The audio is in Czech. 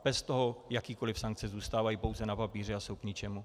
Bez toho jakékoliv sankce zůstávají pouze na papíře a jsou k ničemu.